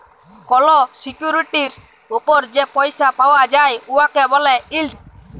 call সিকিউরিটির উপর যে পইসা পাউয়া যায় উয়াকে ব্যলে ইল্ড